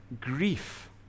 grief